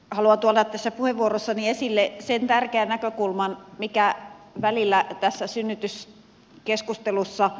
haluan tuoda tässä puheenvuorossani esille sen tärkeän näkökulman mikä välillä tässä synnytyskeskustelussa unohtuu